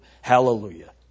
Hallelujah